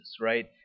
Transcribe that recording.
right